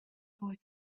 boy